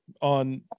on